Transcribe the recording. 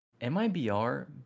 MIBR